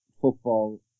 football